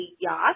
yacht